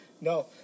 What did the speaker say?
No